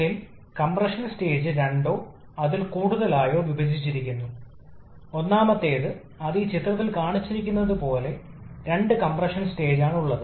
എന്നിരുന്നാലും ചൂട് കൂട്ടിച്ചേർക്കലും ചൂട് നിരസിക്കലും രണ്ടും നിരന്തരമായ സമ്മർദ്ദത്തിലാണ് നടക്കുന്നത്